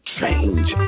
change